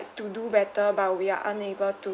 to do better but we are unable to